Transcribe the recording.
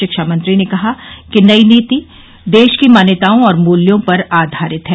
शिक्षा मंत्री ने कहा कि नई नीति देश की मान्यताओं और मूल्यों पर आधारित है